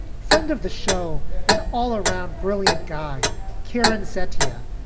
friend of the show and all around, brilliant guy karen satya,